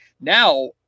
Now